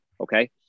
okay